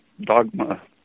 dogma